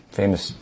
famous